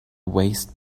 waste